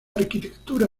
arquitectura